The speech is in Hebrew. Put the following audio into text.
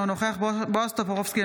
אינו נוכח בועז טופורובסקי,